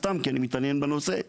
סתם, כי אני מתעניין בנושא.